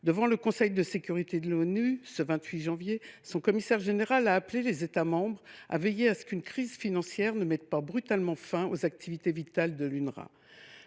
Devant le Conseil de sécurité de l’ONU, ce 28 janvier, son commissaire général a appelé les États membres à veiller à ce qu’une crise financière ne mette pas brutalement fin aux activités vitales de l’UNRWA.